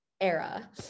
era